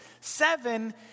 Seven